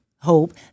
hope